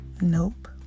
Nope